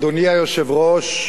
אדוני היושב-ראש,